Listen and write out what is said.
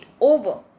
over